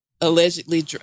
allegedly